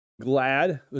glad